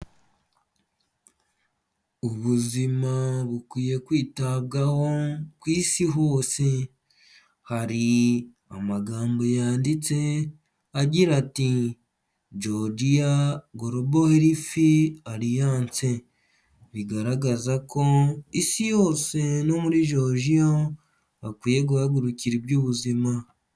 Ubuzima bukwiye kwitabwaho ku isi hose hari amagambo yanditse agira ati jojiya gorobo herifi ariyance bigaragaza ko isi yose no muri jeworojiyo bakwiye guhagurukira iby'ubuzima.